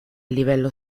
livello